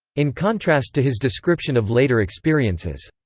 in contrast to his description of later experiences.